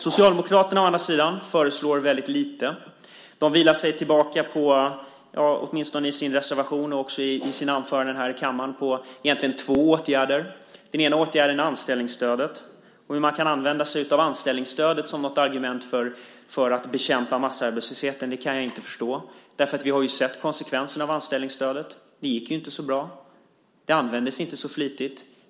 Socialdemokraterna å andra sidan föreslår väldigt lite. De lutar sig, åtminstone i sin reservation och i sina anföranden i här kammaren, tillbaka på två åtgärder. Den ena åtgärden är anställningsstödet. Hur man kan använda sig av anställningsstödet som ett argument för att bekämpa massarbetslösheten kan jag inte förstå. Vi har sett konsekvenserna av anställningsstödet. Det gick inte så bra. Det användes inte så flitigt.